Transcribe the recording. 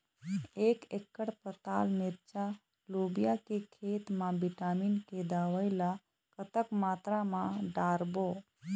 एक एकड़ पताल मिरचा लोबिया के खेत मा विटामिन के दवई ला कतक मात्रा म डारबो?